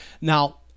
now